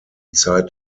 zeit